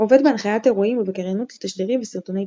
עובד בהנחיית אירועים ובקריינות לתשדירים וסרטוני תדמית.